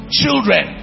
children